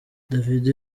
davido